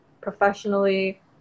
professionally